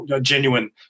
genuine